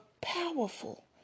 powerful